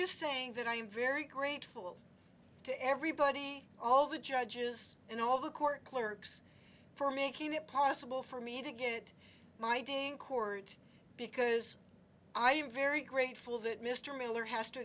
just saying that i am very grateful to everybody all the judges and all the court clerks for making it possible for me to get my ding court because i am very grateful that mr miller has to